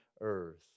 earth